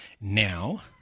now